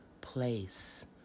place